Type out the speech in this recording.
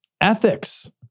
ethics